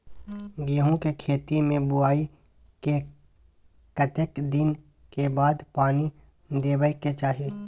गेहूँ के खेती मे बुआई के कतेक दिन के बाद पानी देबै के चाही?